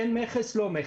כן מכס או לא מכס,